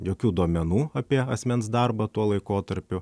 jokių duomenų apie asmens darbą tuo laikotarpiu